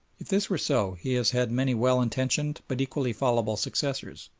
if this were so he has had many well-intentioned but equally fallible successors,